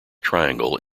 triangle